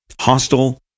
hostile